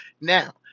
Now